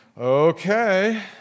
Okay